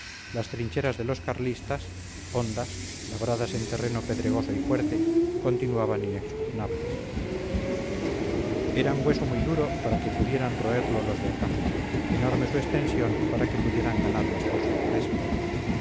las trincheras de los carlistas hondas labradas en terreno pedregoso y fuerte continuaban inexpugnables eran hueso muy duro para que pudieran roerlo los de acá enorme su extensión para que pudieran ganarlas por sorpresa